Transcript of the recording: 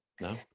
no